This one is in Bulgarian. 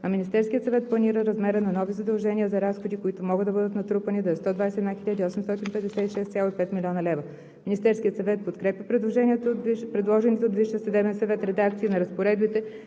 а Министерският съвет планира размерът на нови задължения за разходи, които могат да бъдат натрупани, да е 121 856,5 млн. лв. Министерският съвет подкрепя предложените от Висшия съдебен съвет редакции на разпоредбите